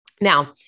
Now